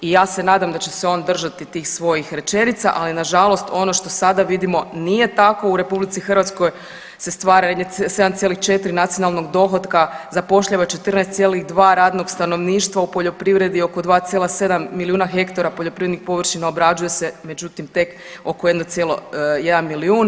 I ja se nadam da će on držati tih svojih rečenica, ali nažalost ono što sada vidimo nije tako u RH se stvara 7,4 nacionalnog dohotka, zapošljava 14,2 radnog stanovništva u poljoprivredi oko 2,7 milijuna hektara poljoprivrednih površina obrađuje se međutim tek oko 1,1 miliju.